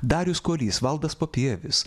darius kuolys valdas papievis